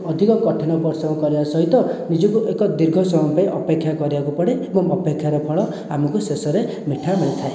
ଅଧିକ କଠିନ ପରିଶ୍ରମ କରିବା ସହିତ ନିଜକୁ ଏକ ଦୀର୍ଘ ସମୟ ପାଇଁ ଅପେକ୍ଷା କରିବାକୁ ପଡ଼େ ଏବଂ ଅପେକ୍ଷାର ଫଳ ଆମକୁ ଶେଷରେ ମିଠା ମିଳିଥାଏ